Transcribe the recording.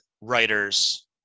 writers